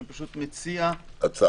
אני פשוט מציע הצעה.